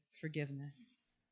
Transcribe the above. forgiveness